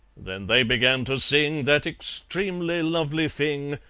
then they began to sing that extremely lovely thing,